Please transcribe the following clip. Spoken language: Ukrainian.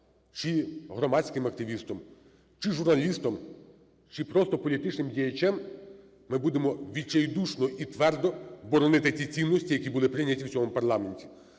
чи громадським активістом, чи журналістом, чи просто політичним діячем, - ми будемо відчайдушно і твердо боронити ті цінності, які були прийняті в цьому парламенті.